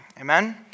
amen